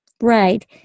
Right